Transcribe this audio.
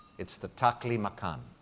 it's the taklimakan,